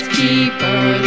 keeper